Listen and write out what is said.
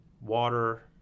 water